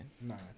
Nine